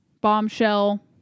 Bombshell